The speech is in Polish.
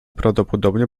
prawdopodobnie